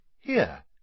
Here